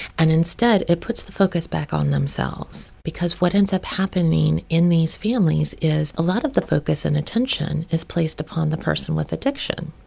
and instead, it puts the focus back on themselves because what ends up happening in these families is a lot of the focus and attention is placed upon the person with addiction.